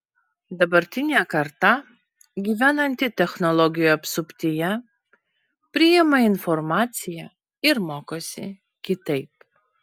dabartinė karta gyvenanti technologijų apsuptyje priima informaciją ir mokosi kitaip